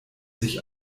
sich